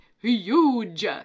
huge